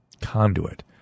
conduit